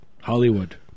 Hollywood